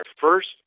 first